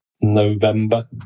November